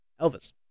Elvis